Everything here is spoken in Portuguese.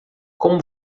como